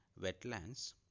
wetlands